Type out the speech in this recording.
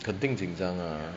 肯定紧张 lah